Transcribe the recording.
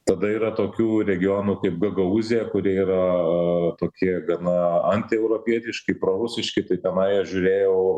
tada yra tokių regionų kaip gagaūzija kurie yra antieuropietiški prorusiški tai tenai aš žiūrėjau